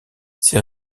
ses